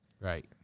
Right